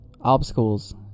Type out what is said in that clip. obstacles